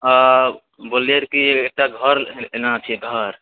अऽ बोलिऐ कि एकटा घर लेना छै घर